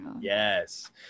yes